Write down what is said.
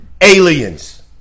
aliens